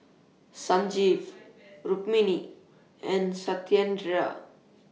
Sanjeev Rukmini and Satyendra